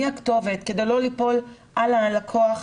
מי הכתובת כדי לא ליפול על הלקוח,